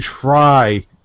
try